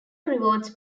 rewards